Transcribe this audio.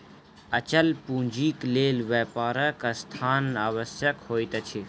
अचल पूंजीक लेल व्यापारक स्थान आवश्यक होइत अछि